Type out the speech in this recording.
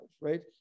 right